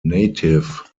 native